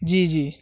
جی جی